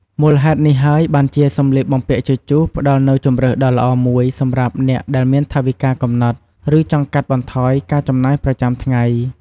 មូលហេតុនេះហើយ បានជាសម្លៀកបំពាក់ជជុះផ្ដល់នូវជម្រើសដ៏ល្អមួយសម្រាប់អ្នកដែលមានថវិកាកំណត់ ឬចង់កាត់បន្ថយការចំណាយប្រចាំថ្ងៃ។